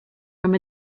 from